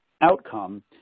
outcome